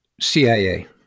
CIA